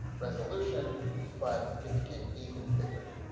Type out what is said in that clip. resolution but it became even bigger.